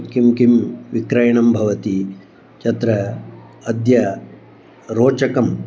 किं किं विक्रयणं भवति तत्र अद्य रोचकम्